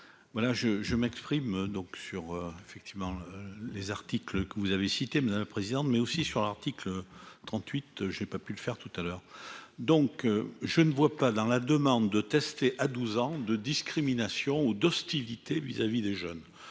sur effectivement les articles que vous avez cité, madame la présidente, mais aussi sur l'article trente-huit j'ai pas pu le faire tout à l'heure, donc je ne vois pas dans la demande de tester à 12 ans de discrimination ou d'hostilité vis-à-vis des jeunes,